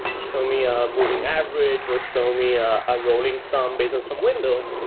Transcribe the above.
show me a moving average or show me a a rolling sum based on some window.